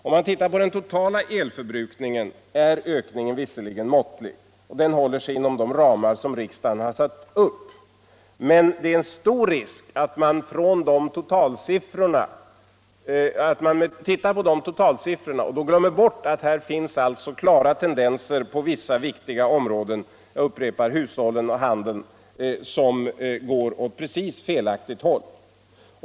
Om man ser på den totala elförbrukningen finner man att ökningen visserligen är måttlig — den håller sig inom de ramar som riksdagen har satt upp — men det är stor risk för att man bara ser på totalsiffrorna och glömmer att det finns vissa tendenser på en del viktiga områden —- jag upprepar: inom hushållen och handeln — som går åt precis felaktigt håll.